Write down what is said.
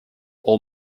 all